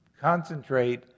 concentrate